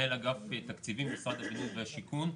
מנהל אגף תקציבים במשרד הבינוי והשיכון.